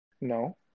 No